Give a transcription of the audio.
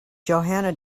johanna